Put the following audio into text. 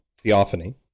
theophany